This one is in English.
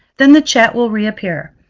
then the chat will reappear.